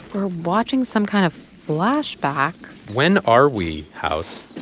we're watching some kind of flashback when are we, house?